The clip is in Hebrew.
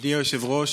אדוני היושב-ראש,